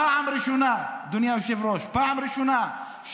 פעם ראשונה,